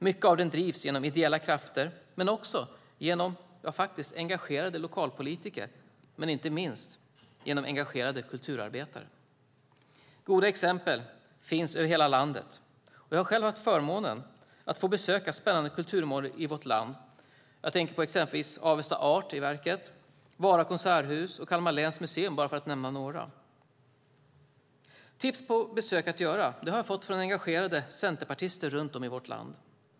Mycket av den drivs genom ideella krafter men också genom - faktiskt - engagerade lokalpolitiker och inte minst engagerade kulturarbetare. Goda exempel finns över hela landet. Jag har själv haft förmånen att få besöka spännande kulturmål i vårt land. Jag tänker exempelvis på Avesta Art i Verket, Vara konserthus och Kalmar läns museum för att bara nämna några. Tips på besök att göra har jag fått från engagerade centerpartister runt om i vårt land.